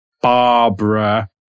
Barbara